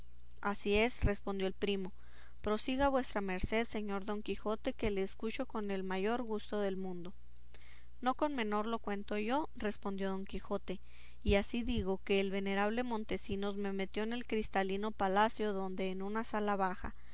así es respondió el primo prosiga vuestra merced señor don quijote que le escucho con el mayor gusto del mundo no con menor lo cuento yo respondió don quijote y así digo que el venerable montesinos me metió en el cristalino palacio donde en una sala baja